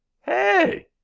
Hey